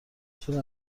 چرا